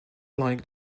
like